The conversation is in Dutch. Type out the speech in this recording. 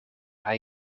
hij